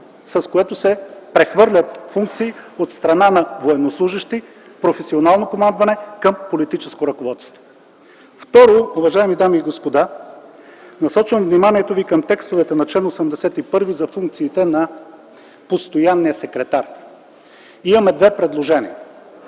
с което се прехвърлят функции от страна на военнослужещи, професионално командване към политическо ръководство. Второ, уважаеми дами и господа, насочвам вниманието ви към текстовете на чл. 81 за функциите на постоянния секретар. Имаме две предложения.